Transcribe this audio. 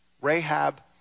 Rahab